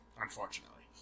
Unfortunately